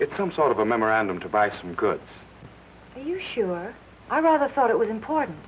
it's some sort of a memorandum to buy some good you sure i was a thought it was important